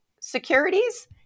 Securities